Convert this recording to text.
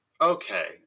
Okay